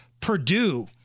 Purdue